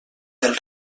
del